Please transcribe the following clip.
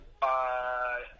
Bye